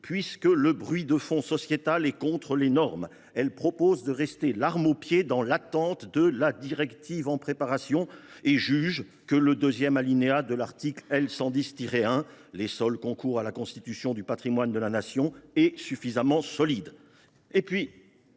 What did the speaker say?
puisque le bruit de fond sociétal est contre les normes. Elle propose de rester l’arme au pied, dans l’attente de la directive en préparation, et juge que le deuxième alinéa de l’article L. 110 1, selon lequel les sols concourent à la constitution du patrimoine de la Nation, est suffisamment solide.